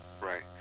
Right